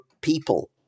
people